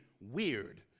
weird